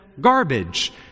garbage